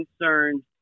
concerned